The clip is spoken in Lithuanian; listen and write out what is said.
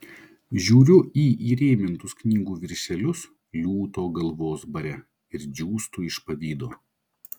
žiūriu į įrėmintus knygų viršelius liūto galvos bare ir džiūstu iš pavydo